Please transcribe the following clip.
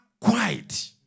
quiet